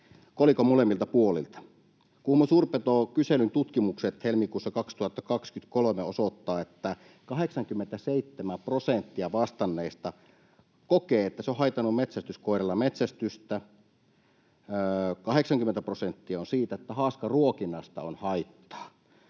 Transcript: kolikon molemmilta puolilta. Kuhmon suurpetokyselyn tutkimukset helmikuulta 2023 osoittavat, että 87 prosenttia vastanneista kokee, että se on haitannut metsästyskoirilla metsästystä, 80 prosenttia on sitä mieltä, että haaskaruokinnasta on haittaa,